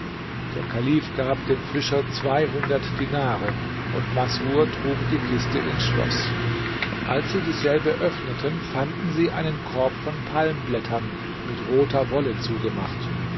der kalif gab den fischer zweihundert dinare und masrur trug die kiste ins schloß als sie dieselbe öffneten fanden sie einen korb von palmblättern mit roter wolle zugemacht